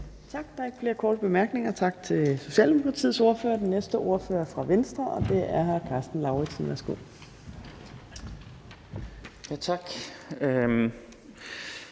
Tak. Der er ikke flere korte bemærkninger, så tak til Socialdemokratiets ordfører. Den næste ordfører er fra Venstre, og det er hr. Karsten Lauritzen. Værsgo. Kl.